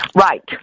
Right